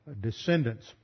descendants